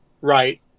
Right